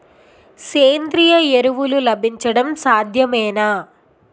సేంద్రీయ ఎరువులు లభించడం సాధ్యమేనా?